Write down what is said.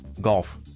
Golf